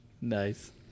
Nice